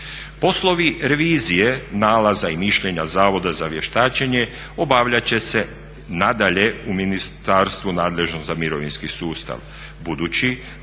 Poslovi revizije nalaza i mišljenja Zavoda za vještačenje obavljat će se nadalje u ministarstvu nadležnom za mirovinski sustav budući